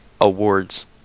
awards